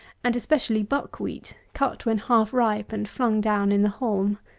and especially buck-wheat, cut, when half ripe, and flung down in the haulm.